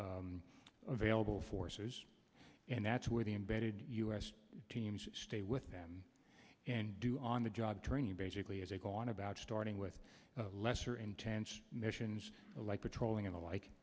available forces and that's where the embedded u s teams stay with them do on the job training basically as they go on about starting with lesser intense missions like patrolling in the like